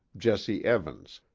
jesse evans,